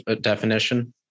definition